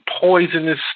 poisonous